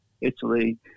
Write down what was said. Italy